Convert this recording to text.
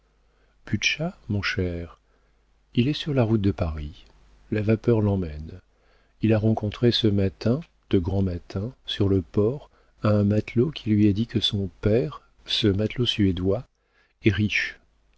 l'étude butscha mon cher il est sur la route de paris la vapeur l'emmène il a rencontré ce matin de grand matin sur le port un matelot qui lui a dit que son père ce matelot suédois est riche